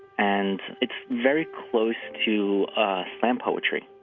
and it's very close to slam poetry.